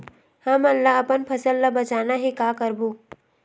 हमन ला अपन फसल ला बचाना हे का करबो?